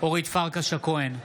אורית פרקש הכהן,